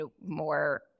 more